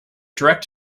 direct